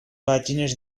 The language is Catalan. pàgines